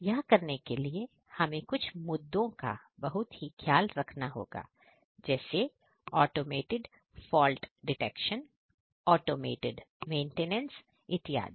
यह करने के लिए हमें कुछ मुद्दों का बहुत ही ख्याल रखना होगा जैसे automated fault detection automated maintenance इत्यादि